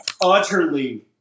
utterly